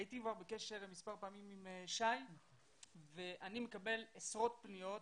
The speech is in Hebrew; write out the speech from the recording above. הייתי כבר בקשר מספר פעמים עם שי ואני מקבל עשרות פניות,